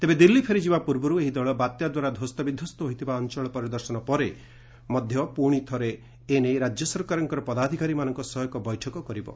ତେବେ ଦିଲ୍ଲୀ ଫେରିଯିବା ପୂର୍ବରୁ ଏହି ଦଳ ବାତ୍ୟାଦ୍ୱାରା ଧ୍ୱସ୍ତ ବିଧ୍ୱସ୍ତ ହୋଇଥିବା ଅଞ୍ଚଳ ପରିଦର୍ଶନ ପରେ ମଧ୍ୟ ପୁଣି ଥରେ ଏନେଇ ରାଜ୍ୟ ସରକାରଙ୍କ ପଦାଧିକାରୀମାନଙ୍କ ସହ ଏକ ବୈଠକ କରିବେ